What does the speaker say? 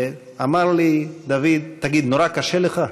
ואמר לי דוד: תגיד, נורא קשה לך?